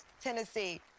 Tennessee